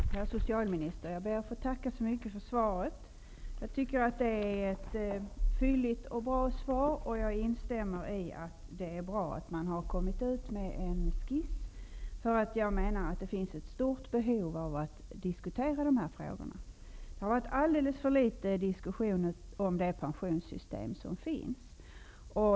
Herr talman! Herr socialminister! Jag ber att få tacka så mycket för svaret. Jag tycker att det är ett fylligt och bra svar. Jag instämmer i att det är bra att man har kommit ut med en skiss. Jag menar att det finns ett stort behov av att diskutera de här frågorna. Det har varit alldeles för litet diskussion om det pensionssystem som finns.